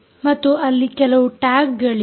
ಮತ್ತು ಅಲ್ಲಿ ಕೆಲವು ಟ್ಯಾಗ್ಗಳಿವೆ